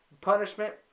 punishment